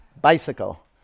Bicycle